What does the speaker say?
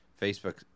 Facebook